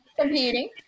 competing